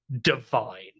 divine